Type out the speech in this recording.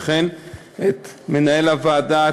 וכן את מנהל הוועדה,